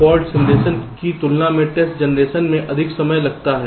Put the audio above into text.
fault simulation की तुलना में टेस्ट जनरेशन में अधिक समय लगता है